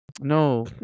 no